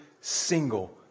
single